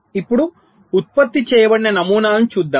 ఇప్పుడు ఉత్పత్తి చేయబడిన నమూనాలను చూద్దాం